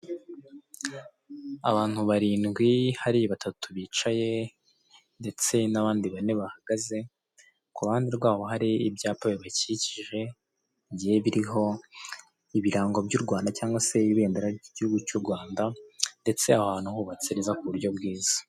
Abantu barindwi hari batatu bicaye ndetse n'abandi bane bahagaze, ku ruhande rwabo hari ibyapa bibakikije, bigiye biriho ibirango ry'Urwanda cyangwa se ibendera ry' igihugu cy'Urwanda ndetse aho hantu hubatse neza ku buryo bwiza.